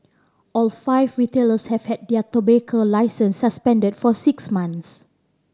all five retailers have had their tobacco licences suspended for six months